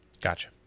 Gotcha